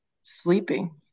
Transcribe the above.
sleeping